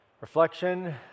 reflection